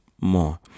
more